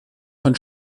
von